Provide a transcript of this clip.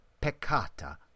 peccata